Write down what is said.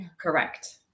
Correct